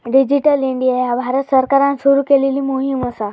digital India ह्या भारत सरकारान सुरू केलेली मोहीम असा